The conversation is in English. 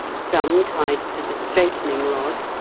some tied to the straightening rod,